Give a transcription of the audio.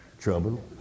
Trouble